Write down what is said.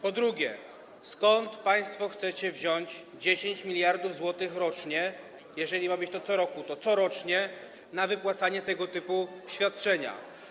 Po drugie, skąd państwo chcecie wziąć 10 mld zł rocznie - jeżeli ma to być co roku, to corocznie - na wypłacanie tego typu świadczenia?